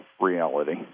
reality